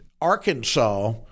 arkansas